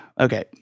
okay